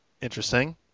interesting